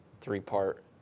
three-part